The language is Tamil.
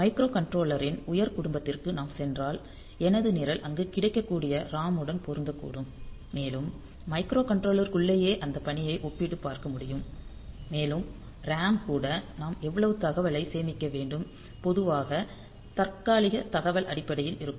மைக்ரோகண்ட்ரோலரின் உயர் குடும்பத்திற்கு நாம் சென்றால் எனது நிரல் அங்கு கிடைக்கக்கூடிய ROM உடன் பொருந்தக்கூடும் மேலும் மைக்ரோகண்ட்ரோலருக்குள்ளேயே அந்த பணியை ஒப்பிட்டுப் பார்க்க முடியும் மேலும் RAM கூட நாம் எவ்வளவு தகவலைச் சேமிக்க வேண்டும் பொதுவாக தற்காலிக தகவல் அடிப்படையில் இருக்கும்